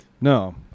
no